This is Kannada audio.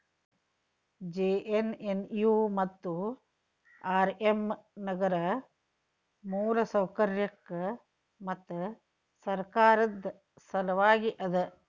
ಜೆ.ಎನ್.ಎನ್.ಯು ಮತ್ತು ಆರ್.ಎಮ್ ನಗರ ಮೂಲಸೌಕರ್ಯಕ್ಕ ಮತ್ತು ಸರ್ಕಾರದ್ ಸಲವಾಗಿ ಅದ